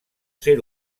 ser